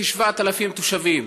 חיים בו כ-7,000 תושבים.